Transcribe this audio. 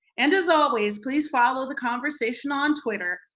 and as always, please follow the conversation on twitter,